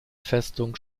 festung